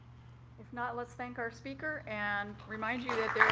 if not, let's thank our speaker and remind you that